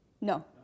No